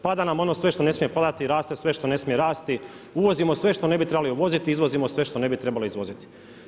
Pada nam ono sve što ne smije padati, raste sve što ne smije rasti, uvozimo sve što ne bi trebali uvoziti, izvozimo sve što ne bi trebalo izvoziti.